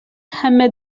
همه